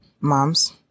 moms